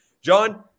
John